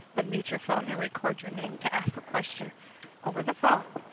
unmute your phone and record your name to ask a question over the phone.